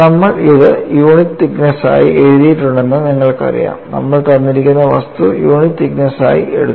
നമ്മൾ ഇത് unit thickness ആയി എടുത്തിട്ടുണ്ടെന്ന് നിങ്ങൾക്കറിയാം നമ്മൾ തന്നിരിക്കുന്ന വസ്തു യൂണിറ്റ് തിക്നെസ്സ് ആയി എടുത്തു